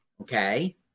Okay